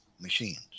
machines